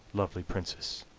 lovely princess,